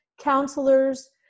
counselors